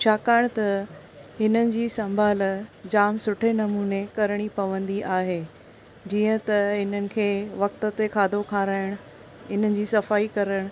छाकाणि त हिननि जी संभाल जाम सुठे नमूने करणी पवंदी आहे जीअं त हिननि खे वक़्त ते खाधो खाराइणु हिननि जी सफ़ाई करणु